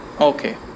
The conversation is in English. Okay